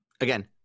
Again